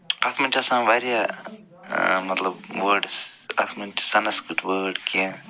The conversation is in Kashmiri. اَتھ منٛز چھِ آسان وارِیاہ مطلب وٲڈٕس اتھ منٛز چھِ سنسکِرت وٲڈ کیٚنٛہہ